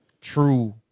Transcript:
true